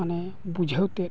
ᱢᱟᱱᱮ ᱵᱩᱡᱷᱟᱹᱣᱛᱮᱫ